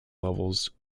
levels